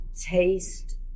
taste